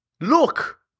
Look